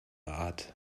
art